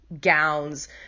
gowns